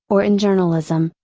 or in journalism,